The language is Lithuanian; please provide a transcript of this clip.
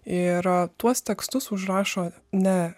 ir a tuos tekstus užrašo ne